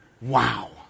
Wow